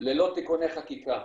ללא תיקוני חקיקה,